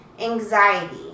anxiety